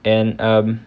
and um